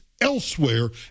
elsewhere